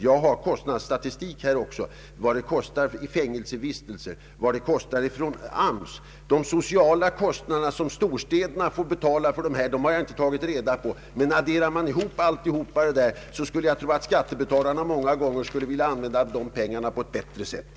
Jag har kostnadsstatistik om vad en fängelsevistelse kostar och om vad det kostar för AMS. De sociala kostnader som storstäderna får betala har jag inte tagit reda på, men om man adderar allt detta, skuile jag tro att skattebetalarna många gånger skulle vilja använda dessa pengar på ett bättre sätt.